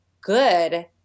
good